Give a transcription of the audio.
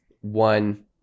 one